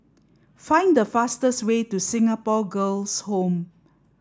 find the fastest way to Singapore Girls' Home